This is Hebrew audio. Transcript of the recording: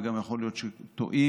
וגם יכול להיות שהם טועים,